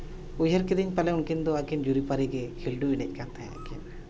ᱩᱭᱦᱟᱹᱨ ᱠᱤᱫᱟᱹᱧ ᱯᱟᱞᱮᱱ ᱩᱱᱠᱤᱱ ᱫᱚ ᱟᱹᱠᱤᱱ ᱡᱩᱨᱤ ᱯᱟᱹᱨᱤ ᱜᱮ ᱠᱷᱤᱞᱰᱩ ᱮᱱᱮᱡ ᱠᱟᱱ ᱛᱟᱦᱮᱱᱟᱠᱤᱱ